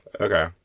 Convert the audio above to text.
Okay